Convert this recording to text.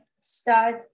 start